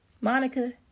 Monica